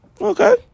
okay